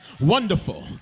wonderful